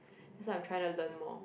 that's why I'm trying learn more